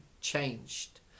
changed